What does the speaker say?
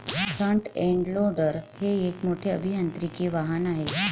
front end loader हे एक मोठे अभियांत्रिकी वाहन आहे